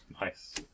Nice